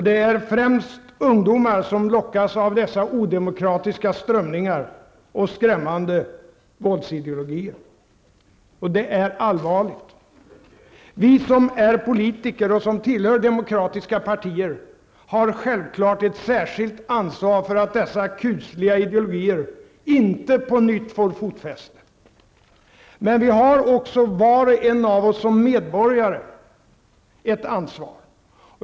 Det är främst ungdomar som lockas av dessa odemokratiska strömningar och skrämmande våldsideologier, och det är allvarligt. Vi som är politiker och som tillhör demokratiska partier har självfallet ett särskilt ansvar för att dessa kusliga ideologier inte på nytt får fotfäste. Men vi har också var och en av oss som medborgare ett ansvar.